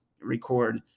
record